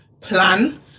plan